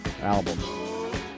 album